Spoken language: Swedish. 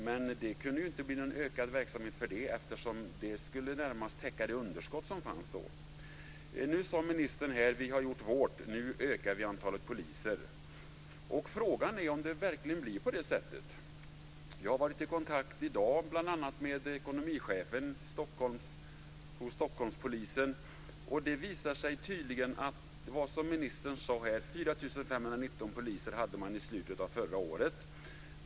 Men det kunde inte bli någon ökad verksamhet för det. Det skulle närmast täcka det underskott som då fanns. Nu sade ministern här: Vi har gjort vårt, och nu ökar vi antalet poliser. Frågan är om det verkligen blir på det sättet. Jag har i dag varit i kontakt med bl.a. ekonomichefen hos Stockholmspolisen. Ministern sade här att man hade 4 519 poliser i slutet av förra året.